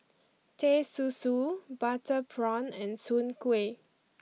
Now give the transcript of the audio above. Teh Susu Butter Prawn and Soon Kway